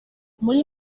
muri